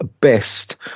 best